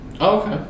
okay